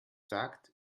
sagt